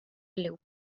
loop